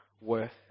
worth